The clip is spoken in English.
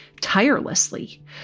tirelessly